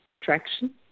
traction